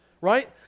right